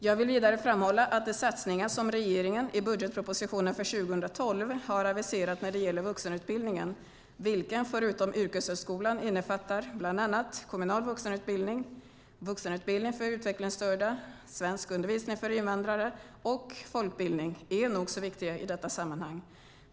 Jag vill vidare framhålla att de satsningar som regeringen i budgetpropositionen för 2012 har aviserat när det gäller vuxenutbildningen - vilken förutom yrkeshögskolan innefattar bland annat kommunal vuxenutbildning, vuxenutbildning för utvecklingsstörda, svenskundervisning för invandrare och folkbildning - är nog så viktiga i detta sammanhang.